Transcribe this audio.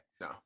No